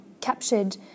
captured